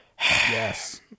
Yes